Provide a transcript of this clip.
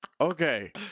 Okay